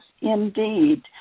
indeed